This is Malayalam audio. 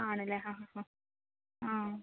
ആണല്ലേ ആ ആ ആ